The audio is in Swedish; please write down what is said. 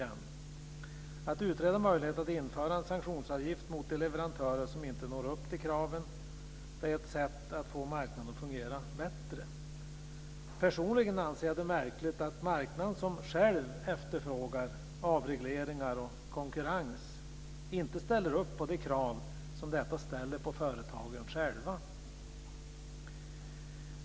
Vi bör utreda möjligheten att införa en sanktionsavgift mot de leverantörer som inte når upp till kraven. Det är ett sätt att få marknaden att fungera bättre. Personligen ser jag det som märkligt att en marknad som själv efterfrågar avregleringar och konkurrens inte ställer upp på de krav som detta ställer på företagen själva.